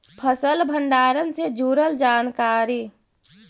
फसल भंडारन से जुड़ल जानकारी?